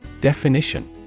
Definition